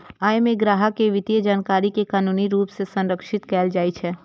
अय मे ग्राहक के वित्तीय जानकारी कें कानूनी रूप सं संरक्षित कैल जाइ छै